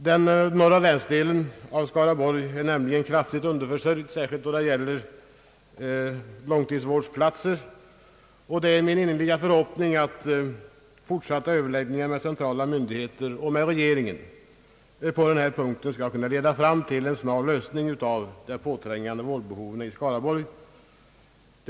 Den norra delen av Skaraborgs län är nämligen kraftigt underförsörjd särskilt när det gäller platser för långtidsvården. Det är min innerliga förhoppning att fortsatta överläggningar med centrala myndigheter och regeringen på den här punkten skall kunna leda fram till en snar lösning av de påträngande vårdfrågorna i norra Skaraborgs län.